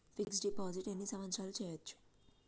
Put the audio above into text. Fix డ్ deposit ఎన్ని సంవత్సరాలు చేయచ్చు?